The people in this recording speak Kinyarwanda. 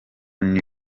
new